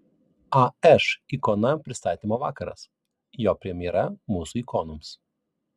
aš ikona pristatymo vakaras jo premjera mūsų ikonoms